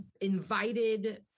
invited